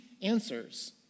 Answers